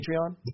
Patreon